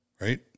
Right